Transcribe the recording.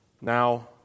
Now